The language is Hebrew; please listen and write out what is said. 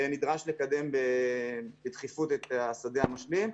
נדרש לקדם בדחיפות את השדה המשלים.